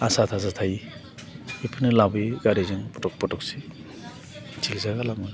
आसा थासा थायो बेफोरनो लाबोयो गारिजों पथ'क पथ'कसै सिकित्सा खालामो